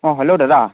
অঁ হেল্ল' দাদা